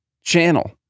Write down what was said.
channel